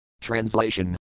Translation